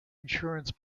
insurance